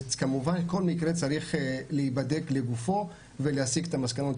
כמובן כל מקרה צריך להיבדק לגופו ולהסיק את המסקנות.